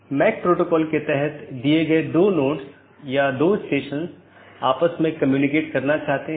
इसका मतलब है कि कौन से पोर्ट और या नेटवर्क का कौन सा डोमेन आप इस्तेमाल कर सकते हैं